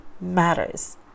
matters